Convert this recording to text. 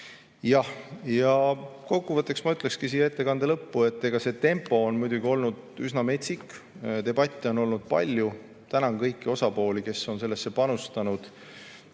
Kokkuvõtteks ma ütleksin ettekande lõppu, et tempo on muidugi olnud üsna metsik. Debatte on olnud palju ja tänan kõiki osapooli, kes on sellesse panustanud.